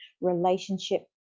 relationship